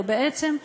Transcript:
ובעצם,